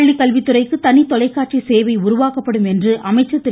பள்ளிக்கல்வித்துறைக்கு தனி தொலைக்காட்சி சேவை உருவாக்கப்படும் என்று அமைச்சர் திரு